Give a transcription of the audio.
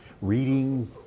reading